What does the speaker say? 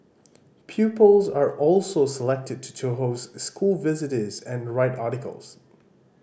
pupils are also selected to host school visitors and write articles